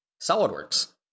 SolidWorks